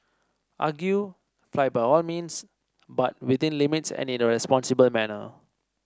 argue flight by all means but within limits and in a responsible manner